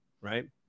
right